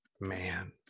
man